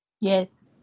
Yes